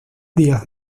días